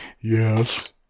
Yes